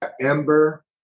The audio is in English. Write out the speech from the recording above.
ember